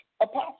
apostle